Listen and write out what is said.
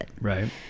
Right